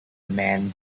man